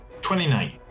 twenty-nine